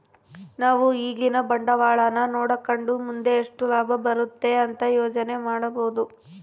ನಾವು ಈಗಿನ ಬಂಡವಾಳನ ನೋಡಕಂಡು ಮುಂದೆ ಎಷ್ಟು ಲಾಭ ಬರುತೆ ಅಂತ ಯೋಚನೆ ಮಾಡಬೋದು